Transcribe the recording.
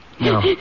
No